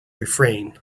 refrain